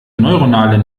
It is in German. neuronale